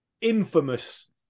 infamous